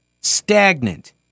stagnant